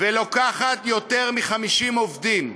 ולוקחת יותר מ-50 עובדים,